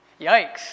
Yikes